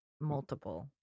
Multiple